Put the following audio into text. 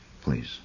Please